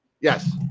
Yes